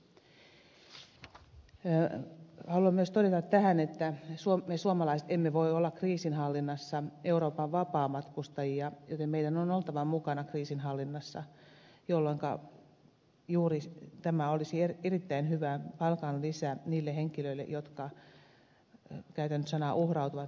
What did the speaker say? haluan myös todeta tähän että me suomalaiset emme voi olla kriisinhallinnassa euroopan vapaamatkustajia joten meidän on oltava mukana kriisinhallinnassa jolloinka juuri tämä olisi erittäin hyvä palkanlisä niille henkilöille jotka käytän nyt sanaa uhrautuvat lähtemään sinne